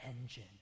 engine